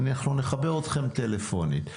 אנחנו נחבר אתכם טלפונית.